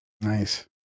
Nice